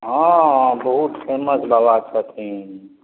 हँ बहुत फेमस बाबा छथिन